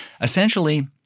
essentially